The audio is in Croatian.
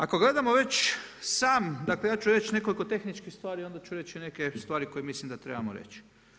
Ako gledamo već sam, dakle ja ću reći nekoliko tehničkih stvari, onda ću reći neke stvari koje mislim da trebamo reći.